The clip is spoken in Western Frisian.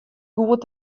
goed